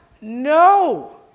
No